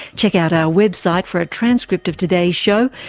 check out our website for a transcript of today's show,